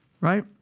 right